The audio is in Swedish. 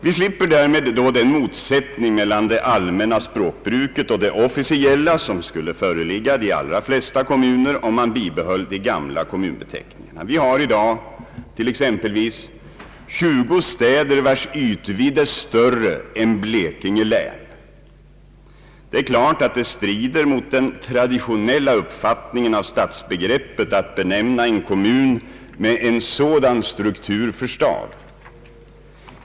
Vi slipper med en enhetlig kommunbeteckning den motsättning mellan det allmänna språkbruket och det officiella som skulle föreligga i de allra flesta kommuner om man bibehöll de gamla kommunbeteckningarna. Vi har i dag 20 städer vilkas ytvidd är större än Blekinge län. Det strider självfallet mot den traditionella uppfattningen om stadsbegreppet att benämna en kommun med en sådan struktur för stad.